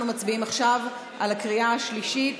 אנחנו מצביעים עכשיו בקריאה השלישית.